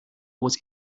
was